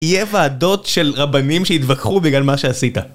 יהיה ועדות של רבנים שהתווכחו בגלל מה שעשית.